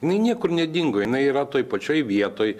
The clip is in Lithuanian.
jinai niekur nedingo jinai yra toj pačioj vietoj